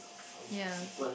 ya